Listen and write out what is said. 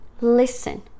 listen